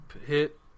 hit